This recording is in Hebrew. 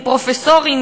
עם פרופסורים,